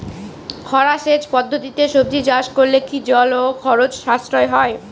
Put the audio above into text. খরা সেচ পদ্ধতিতে সবজি চাষ করলে কি জল ও খরচ সাশ্রয় হয়?